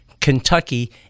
Kentucky